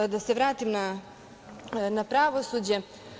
Ali, da se vratim na pravosuđe.